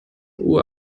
uhr